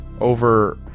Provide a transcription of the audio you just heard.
over